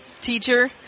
teacher